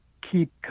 keep